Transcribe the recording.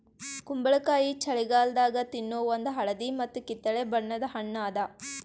ಕುಂಬಳಕಾಯಿ ಛಳಿಗಾಲದಾಗ ತಿನ್ನೋ ಒಂದ್ ಹಳದಿ ಮತ್ತ್ ಕಿತ್ತಳೆ ಬಣ್ಣದ ಹಣ್ಣ್ ಅದಾ